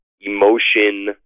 emotion